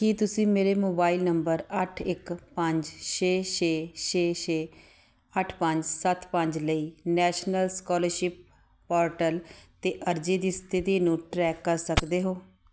ਕੀ ਤੁਸੀਂ ਮੇਰੇ mobile number ਅੱਠ ਇੱਕ ਪੰਜ ਛੇ ਛੇ ਛੇ ਛੇ ਅੱਠ ਪੰਜ ਸੱਤ ਪੰਜ ਲਈ ਨੈਸ਼ਨਲ ਸਕਾਲਰਸ਼ਿਪ ਪੋਰਟਲ 'ਤੇ ਅਰਜ਼ੀ ਦੀ ਸਥਿਤੀ ਨੂੰ ਟਰੈਕ ਕਰ ਸਕਦੇ ਹੋ